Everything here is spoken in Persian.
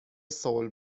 صلح